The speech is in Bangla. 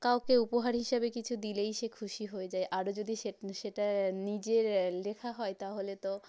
কাউকে উপহার হিসাবে কিছু দিলেই সে খুশি হয়ে যায় আরও যদি সেটা নিজের লেখা হয় তাহলে তো